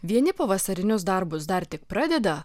vieni pavasarinius darbus dar tik pradeda